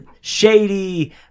shady